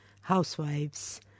housewives